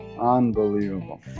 unbelievable